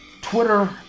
Twitter